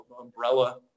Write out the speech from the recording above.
umbrella